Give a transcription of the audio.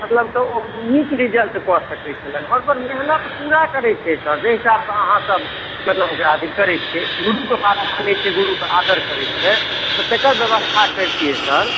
मतलब तऽ ओ नीक रिजल्ट कऽ सकैत छलै हँ सर मेहनत पूरा करैत छै सर जे हिसाबसँ अहाँ सब मतलब ओकरा अथी करैत छियै गुरुके बात मानैत छै गुरुके आदर करैत छै तऽ तेकर व्यवस्था करतियै सर